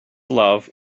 love